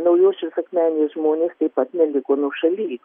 naujosios akmenės žmonės taip pat neliko nuošaly